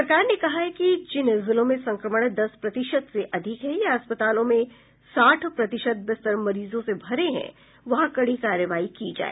सरकार ने कहा है कि जिन जिलों में संक्रमण दस प्रतिशत से अधिक है या अस्पतालों में साठ प्रतिशत बिस्तर मरीजों से भरे हैं वहां कड़ी कार्रवाई की जाए